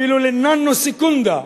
אפילו לננו-סקונדה,